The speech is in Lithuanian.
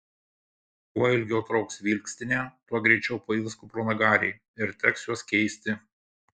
kuo ilgiau trauks vilkstinė tuo greičiau pails kupranugariai ir teks juos keisti